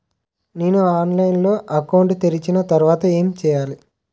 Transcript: నేను ఆన్లైన్ లో అకౌంట్ తెరిచిన తర్వాత ఏం చేయాలి?